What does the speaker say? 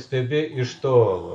stebi iš tolo